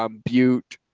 ah butte.